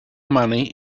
money